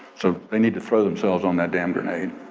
so they need to throw themselves on that damn grenade.